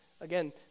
Again